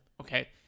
Okay